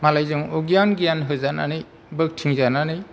मालायजों अगियान गियान होजानानै बोग्थिंजानानै